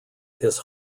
his